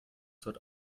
dort